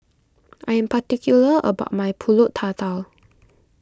I am particular about my Pulut Tatal